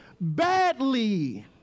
badly